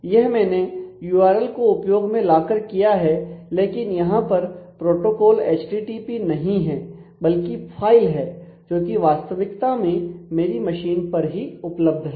यह मैंने यूआरएल को उपयोग में लाकर किया है लेकिन यहां पर प्रोटोकॉल एचटीटीपी नहीं है बल्कि फाइल है जोकि वास्तविकता में मेरी मशीन पर ही उपलब्ध है